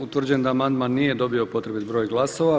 Utvrđujem da amandman nije dobio potrebit broj glasova.